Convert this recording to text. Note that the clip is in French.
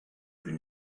plus